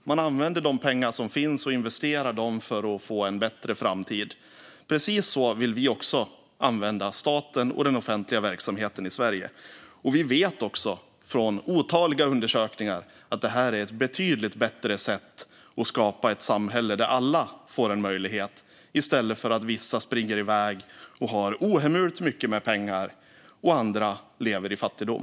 Man använder de pengar som finns och investerar dem för att få en bättre framtid. Precis så vill vi också använda staten och den offentliga verksamheten i Sverige. Vi vet också från otaliga undersökningar att detta är ett betydligt bättre sätt att skapa ett samhälle där alla får en möjlighet, i stället för att vissa springer iväg och har ohemult mycket pengar medan andra lever i fattigdom.